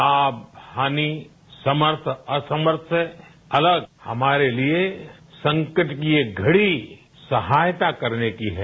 लाभ हानि समर्थ असमर्थ से अलग हमारे लिये संकट की ये घड़ी सहायता करने की है